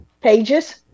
Pages